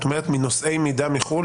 את אומרת מנושאי מידע מחו"ל,